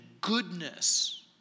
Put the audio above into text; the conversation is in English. goodness